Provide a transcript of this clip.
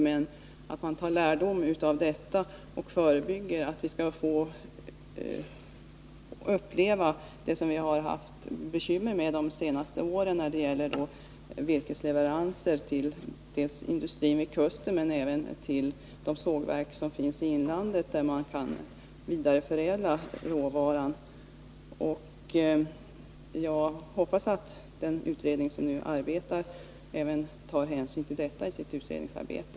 Man tar emellertid lärdom av vad som hänt och vill förebygga att vi än en gång skall behöva uppleva det som vi haft bekymmer med under de senaste åren när det gäller virkesleveranser till industrin vid kusten men även till de sågverk som finns i inlandet, där man kan vidareförädla råvaran. Jag hoppas att den utredning som nu arbetar även tar hänsyn till detta i sitt arbete.